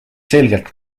selged